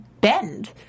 bend